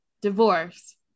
divorce